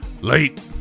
Late